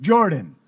Jordan